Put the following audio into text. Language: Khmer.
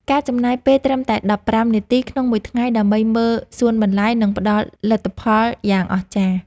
ការចំណាយពេលត្រឹមតែដប់ប្រាំនាទីក្នុងមួយថ្ងៃដើម្បីមើលសួនបន្លែនឹងផ្តល់លទ្ធផលយ៉ាងអស្ចារ្យ។